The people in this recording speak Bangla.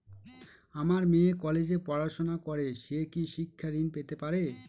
আমার মেয়ে কলেজে পড়াশোনা করে সে কি শিক্ষা ঋণ পেতে পারে?